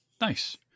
nice